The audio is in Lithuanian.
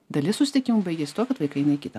dalis susitikimų baigiasi tuo kad vaikai eina į kitą